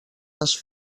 les